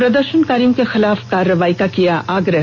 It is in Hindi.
प्रदर्षनकारियों के खिलाफ कार्रवाई का किया आग्रह